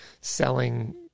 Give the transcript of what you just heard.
selling